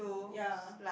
yea